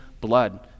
blood